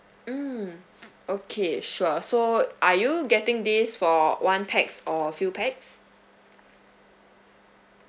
mm okay sure so are you getting this for one pax or a few pax